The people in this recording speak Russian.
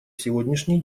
сегодняшний